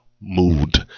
MOOD